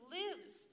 lives